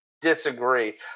disagree